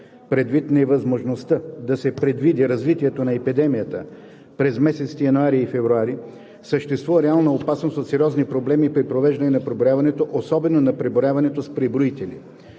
Предвид невъзможността да се предвиди развитието на епидемията през месеците януари и февруари, съществува реална опасност от сериозни проблеми при провеждането на преброяването, особено на преброяването с преброители.